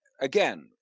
again